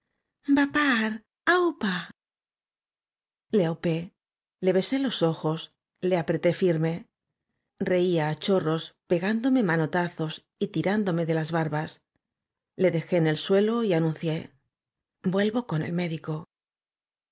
le besé los ojos le apreté firme reía á chorros pegándome manotazos y tirándome de las barbas le dejé en el suelo y anuncié vuelvo con el médico